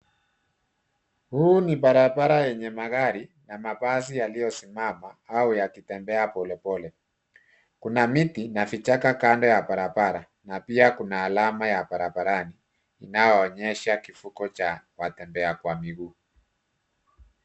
Huu ni barabara yenye magari na mabasi yaliyosimama au yakitembea polepole. Kuna miti na vichaka kando ya barabara na pia kuna alama ya barabarani inayoonyesha kivuko cha watembea kwa miguu.